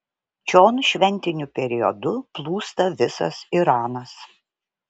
čion šventiniu periodu plūsta visas iranas